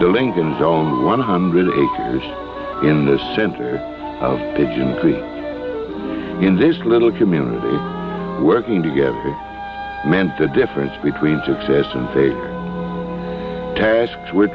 the lincoln dome one hundred eight in the center of the june in this little community working together meant the difference between success and tasks were